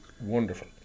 wonderful